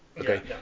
Okay